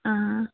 اۭں